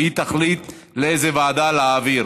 והיא תחליט לאיזו ועדה להעביר.